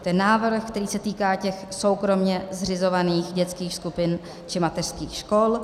Ten návrh, který se týká soukromě zřizovaných dětských skupin či mateřských škol.